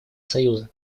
союза